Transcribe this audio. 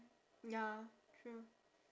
ya true